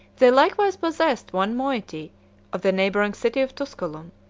they likewise possessed one moiety of the neighboring city of tusculum,